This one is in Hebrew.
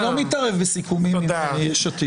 אני לא מתערב בסיכומים עם יש עתיד.